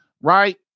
Right